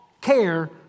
care